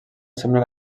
semblen